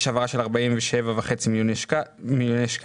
תקצוב של 97 מיליוני שקלים,